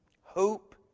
Hope